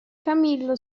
camillo